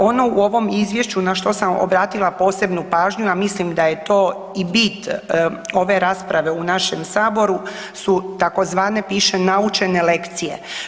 Ono u ovom Izvješću na što sam obratila posebnu pažnju, a mislim da je to i bit ove rasprave u našem Saboru su tzv. piše, naučene lekcije.